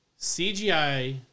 CGI